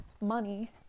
money